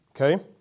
Okay